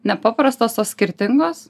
nepaprastos o skirtingos